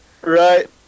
Right